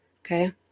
okay